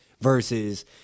Versus